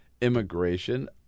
immigration